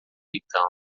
então